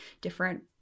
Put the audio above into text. different